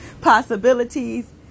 possibilities